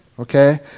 Okay